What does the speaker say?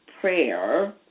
prayer